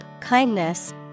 kindness